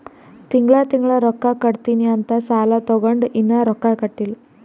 ತಿಂಗಳಾ ತಿಂಗಳಾ ರೊಕ್ಕಾ ಕಟ್ಟತ್ತಿನಿ ಅಂತ್ ಸಾಲಾ ತೊಂಡಾನ, ಇನ್ನಾ ರೊಕ್ಕಾ ಕಟ್ಟಿಲ್ಲಾ